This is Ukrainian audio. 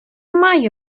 має